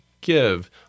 give